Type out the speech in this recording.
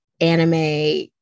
anime